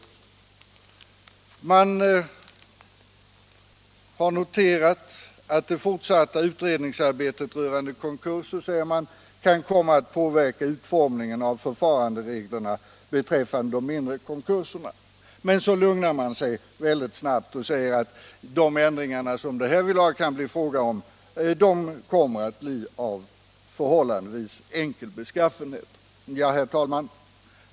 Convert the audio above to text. Man har noterat att det fortsatta utredningsarbetet rörande konkurser kan komma att påverka utformningen av förfarandereglerna beträffande de mindre konkurserna. Men så lugnar man sig väldigt snabbt och säger att de ändringar det härvidlag kan bli fråga om kommer att bli av förhållandevis enkel beskaffenhet. Herr talman!